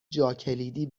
جاکلیدی